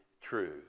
true